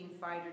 fighter